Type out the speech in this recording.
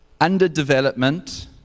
underdevelopment